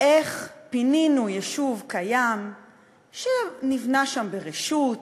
איך פינינו יישוב קיים שנבנה שם ברשות,